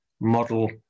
model